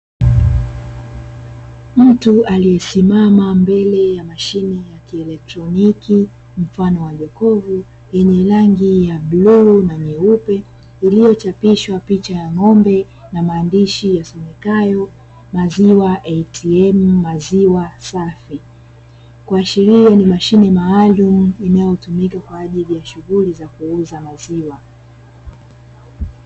Mtu aliyesimama mbele ya mashine ya kielektroniki mfano wa jokofu yenye rangi ya bluu na nyeupe iliyochapishwa picha ya ng'ombe na maandishi yasomekayo "MAZIWA ATM MAZIWA SAFI", kuashiria ni mashine maalumu inayotumika kwa ajili ya shughuli za kuuza maziwa.